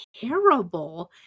terrible